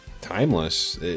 timeless